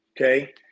okay